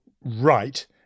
right